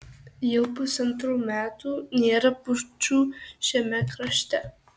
jau pusantrų metų nėra pučų šiame krašte